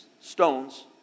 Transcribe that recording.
stones